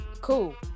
cool